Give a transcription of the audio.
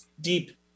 deep